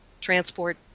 transport